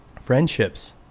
friendships